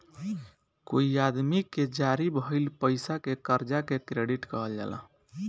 कोई आदमी के जारी भइल पईसा के कर्जा के क्रेडिट कहाला